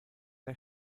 der